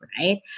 Right